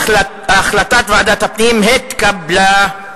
החלטת ועדת הפנים התקבלה.